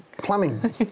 Plumbing